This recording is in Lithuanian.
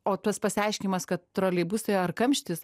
o tas pasiaiškinimas kad troleibusai ar kamštis